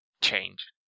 change